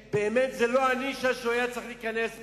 שבאמת זו לא הנישה שהוא היה צריך להיכנס בה.